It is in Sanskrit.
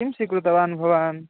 किं स्वीकृतवान् भवान्